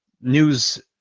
news